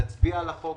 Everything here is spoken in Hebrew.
נצביע על החוק